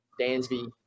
Dansby